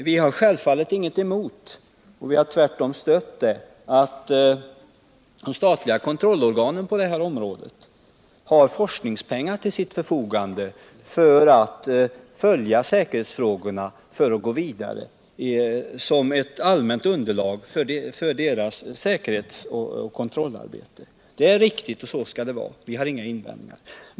Vi har självfallet inget emot — vi har tvärtom ställt oss bakom detta — att de statliga kontrollorganen på detta område har forskningspengar till sitt förfogande för att vidare kunna följa säkerhetsfrågorna och utnyttjar dem som ett underlag för sitt säkerhets och kontrollarbete. Det är riktigt, och så skall det vara. Vi har inga invändningar att göra.